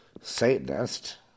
Satanist